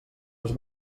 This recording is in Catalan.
les